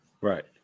Right